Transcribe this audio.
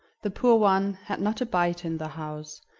the poor one had not a bite in the house,